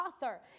author